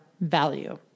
value